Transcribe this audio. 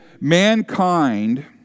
mankind